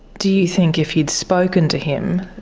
do you think if you'd spoken to him,